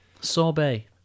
Sorbet